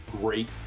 great